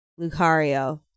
Lucario